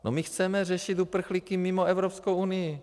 No my chceme řešit uprchlíky mimo Evropskou unii.